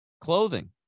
clothing